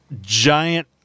giant